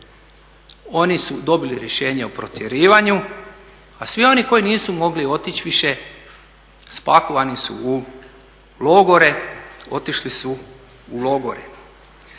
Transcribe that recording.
oni su dobili rješenje o protjerivanju a svi oni koji nisu mogli otići više spakirani su u logore, otišli su u logore.